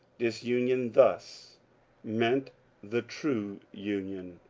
disunion thus meant the true union.